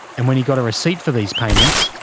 and when he got a receipt for these payments,